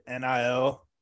NIL